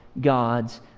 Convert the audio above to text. God's